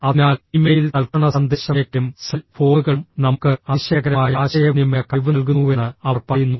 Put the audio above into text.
അതിനാൽ ഇമെയിൽ തൽക്ഷണ സന്ദേശമയയ്ക്കലും സെൽ ഫോണുകളും നമുക്ക് അതിശയകരമായ ആശയവിനിമയ കഴിവ് നൽകുന്നുവെന്ന് അവർ പറയുന്നു